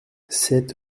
sept